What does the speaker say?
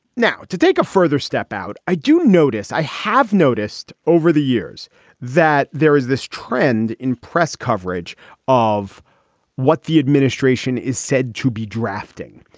now to take a further step out. i do notice i have noticed over the years that there is this trend in press coverage of what the administration is said to be drafting.